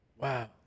wow